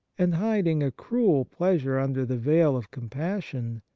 and hiding a cruel pleasure under the veil of compassion,